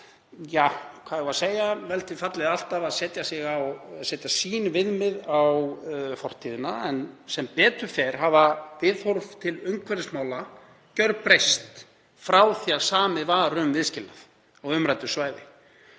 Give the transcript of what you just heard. ekki endilega alltaf vel til fallið að setja sín viðmið á fortíðina en sem betur fer hafa viðhorf til umhverfismála gjörbreyst frá því að samið var um viðskilnað á umræddu svæði.